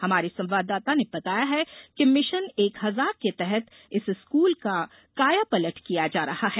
हमारी संवाददाता ने बताया है कि मिशन एक हजार के तहत इस स्कुल का कायापलट किया जा रहा है